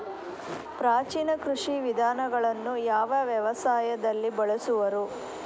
ಪ್ರಾಚೀನ ಕೃಷಿ ವಿಧಾನಗಳನ್ನು ಯಾವ ವ್ಯವಸಾಯದಲ್ಲಿ ಬಳಸುವರು?